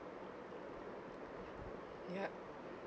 yup